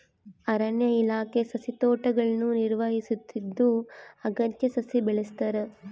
ಅರಣ್ಯ ಇಲಾಖೆ ಸಸಿತೋಟಗುಳ್ನ ನಿರ್ವಹಿಸುತ್ತಿದ್ದು ಅಗತ್ಯ ಸಸಿ ಬೆಳೆಸ್ತಾರ